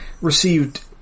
received